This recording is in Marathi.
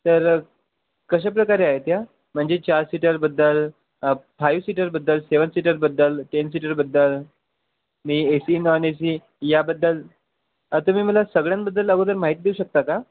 तर कशाप्रकारे आहेत या म्हणजे चार सीटरबद्दल फायू सीटरबद्दल सेवन सीटरबद्दल टेन सीटरबद्दल आणि A C non A C याबद्दल तुम्ही मला सगळ्यांबद्दल अगोदर माहिती देऊ शकता का